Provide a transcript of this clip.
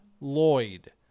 Lloyd